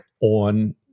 on